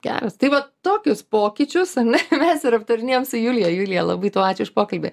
geras tai va tokius pokyčius ane mes ir aptarinėjom su julija julija labai tau ačiū už pokalbį